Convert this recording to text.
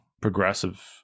progressive